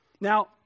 Now